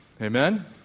Amen